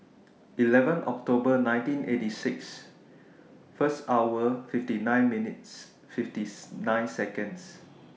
eleven October nineteen eighty six one hour fifty nine minutes fifty nine Seconds